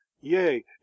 yea